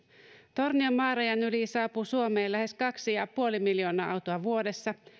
tornion maarajan yli saapuu suomeen lähes kaksi pilkku viisi miljoonaa autoa vuodessa